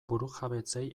burujabetzei